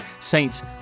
Saints